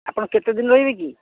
ଆପଣ କେତେ ଦିନ ରହିବେ କି